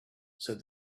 said